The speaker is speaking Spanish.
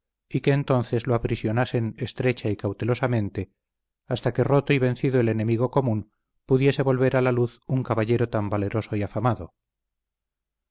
y que entonces lo aprisionasen estrecha y cautelosamente hasta que roto y vencido el enemigo común pudiese volver a la luz un caballero tan valeroso y afamado